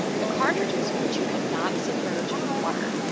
the cartridges, which you cannot submerge in water,